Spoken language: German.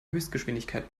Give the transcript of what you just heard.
höchstgeschwindigkeit